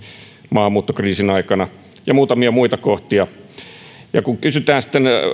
maahanmuuttokriisin aikana ja muutamia muita kohtia kun kysytään